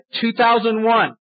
2001